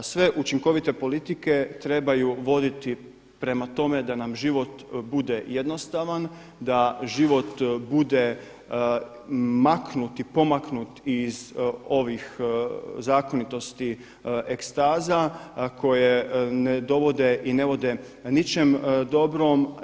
Sve učinkovite politike trebaju voditi prema tome da nam život bude jednostavan, da život bude maknut i pomaknut iz ovih zakonitosti ekstaza koje ne dovode i ne vode ničem dobrom.